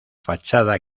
fachada